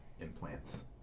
implants